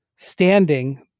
standing